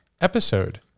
episode